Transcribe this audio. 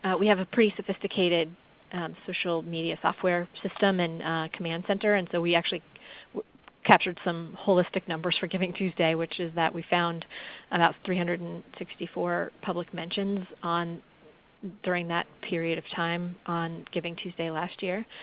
we have a pretty sophisticated social media software system and command center. and so we actually captured some holistic numbers for givingtuesday which is that we found about three hundred and sixty four public mentions during that period of time on givingtuesday last year.